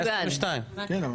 ארבעה.